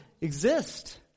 exist